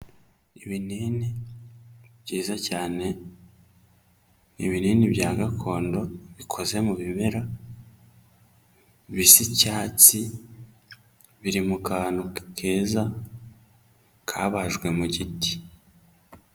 Ibinini byiza cyane, ibinini bya gakondo bikoze mu bimera, bisa icyatsi, biri mu kantu keza kabajwe mu giti.